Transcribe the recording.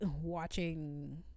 watching